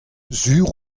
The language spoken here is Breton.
sur